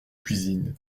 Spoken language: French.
cuisine